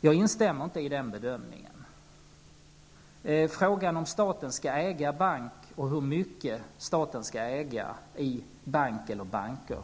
Jag instämmer inte i den bedömningen. Frågan om staten skall äga en bank och hur mycket staten skall äga i en bank eller banker